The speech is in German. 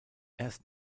erst